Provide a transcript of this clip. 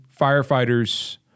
firefighters